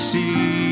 See